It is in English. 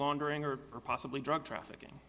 laundering or possibly drug trafficking